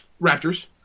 Raptors